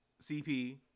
CP